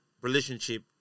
relationship